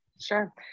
Sure